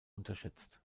unterschätzt